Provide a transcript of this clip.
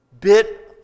bit